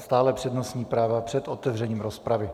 Stále přednostní práva před otevřením rozpravy.